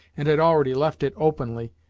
and had already left it openly,